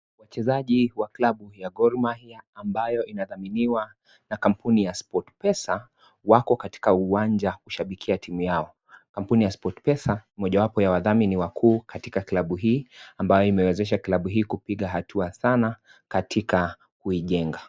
Wachezaji wa klabu ya Gormahia ambayo inathaminiwa na kampuni ya Sportpesa wako katika uwanja kushabikia timu yao Kampuni ya Sportpesa ni mojawapo ya wathamini wakuu katika klabu hii ambayo imewezesha klabu hii kupiga hatua sana katika kuijenga.